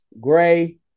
Gray